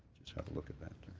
let's have a look at that.